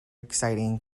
exciting